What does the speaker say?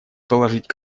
положить